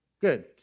Good